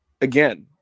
again